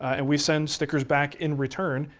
and we send stickers back in return,